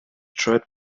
tread